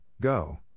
Go